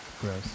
Gross